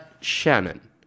Shannon